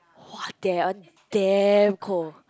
!wah! that one damn cold